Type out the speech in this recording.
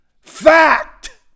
Fact